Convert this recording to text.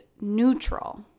neutral